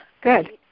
Good